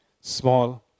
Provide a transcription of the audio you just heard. small